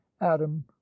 Adam